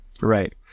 Right